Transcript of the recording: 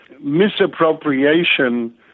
misappropriation